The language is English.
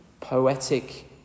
poetic